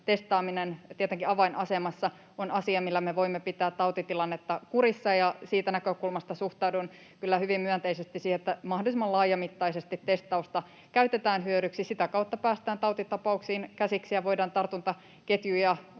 tietenkin avainasemassa on asia, millä me voimme pitää tautitilannetta kurissa, ja siitä näkökulmasta suhtaudun kyllä hyvin myönteisesti siihen, että mahdollisimman laajamittaisesti testausta käytetään hyödyksi. Sitä kautta päästään tautitapauksiin käsiksi ja voidaan tartuntaketjuja katkaista.